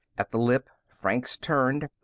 at the lip, franks turned.